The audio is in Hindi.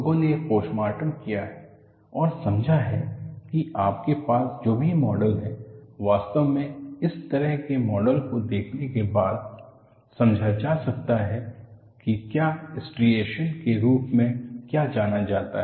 लोगों ने पोस्टमॉर्टम किया है और समझा है कि आपके पास जो भी मॉडल है वास्तव में इस तरह के मॉडल को देखने के बाद समझा जा सकता है कि क्या स्ट्रिएशनस के रूप में क्या जाना जाता है